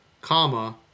comma